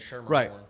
Right